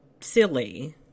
silly